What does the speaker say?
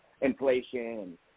inflation